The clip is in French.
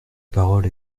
parole